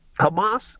Hamas